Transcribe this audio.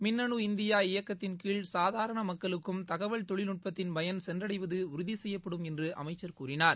மின்னு இந்தியா இயக்கத்தின் கீழ் சாதாரண மக்களுக்கும் தகவல் தொழில்நுட்பத்தின் பயன் சென்றடைவது உறுதி செய்யப்படும் என்று அமைச்சர் கூறினார்